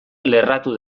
lerratu